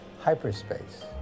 Hyperspace